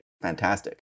fantastic